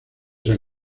san